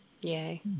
Yay